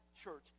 church